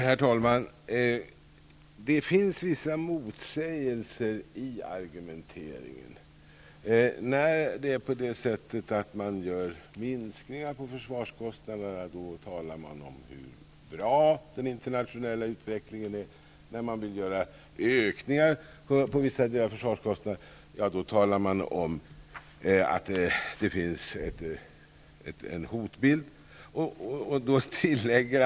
Herr talman! Det finns vissa motsägelser i argumenteringen. När man gör minskningar på försvarskostnaderna talar man om hur bra den internationella utvecklingen är. När man vill göra ökningar på vissa delar av försvarskostnaderna talar man om att det finns en hotbild.